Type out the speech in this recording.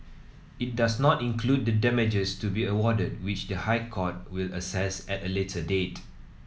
it does not include the damages to be awarded which the High Court will assess at a later date